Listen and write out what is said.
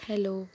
hello